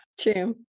True